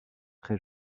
très